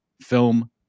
film